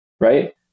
Right